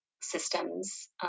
systems